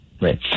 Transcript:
Right